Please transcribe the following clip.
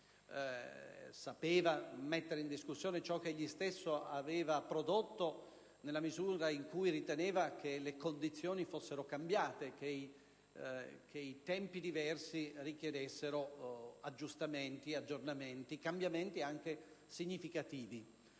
sapeva mettere in discussione ciò che egli stesso aveva prodotto, nella misura in cui riteneva che le condizioni fossero cambiate e che i tempi diversi richiedessero aggiustamenti, aggiornamenti e cambiamenti anche significativi.